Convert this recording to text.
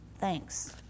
Thanks